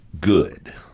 good